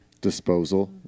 Disposal